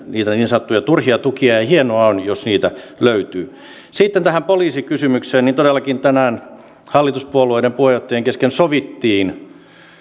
niin sanottuja turhia tukia ja hienoa on jos niitä löytyy sitten tähän poliisikysymykseen todellakin tänään hallituspuolueiden puheenjohtajien kesken sovittiin